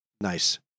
Nice